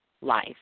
life